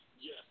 Yes